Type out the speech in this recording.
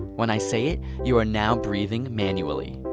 when i say it, you are now breathing manually.